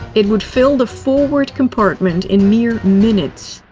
it would fill the forward compartment in mere minutes.